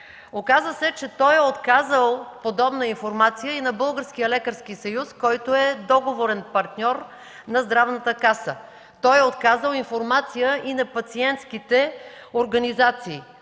Оказва се, че той е отказал подобна информация и на Българския лекарски съюз, който е договорен партньор на Здравната каса. Той е отказал информация и на пациентските организации.